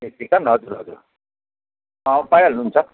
ए chicken हजुर हजुर अँ पाइहाल्नु हुन्छ